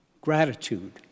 gratitude